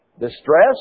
distress